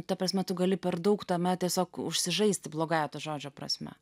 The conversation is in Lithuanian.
ta prasme tu gali per daug tame tiesiog užsižaisti blogąja to žodžio prasme